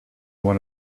one